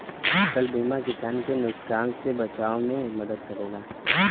फसल बीमा किसान के नुकसान से बचाव में मदद करला